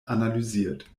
analysiert